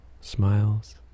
smiles